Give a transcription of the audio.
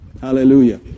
Hallelujah